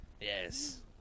Yes